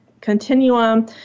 continuum